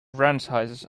franchises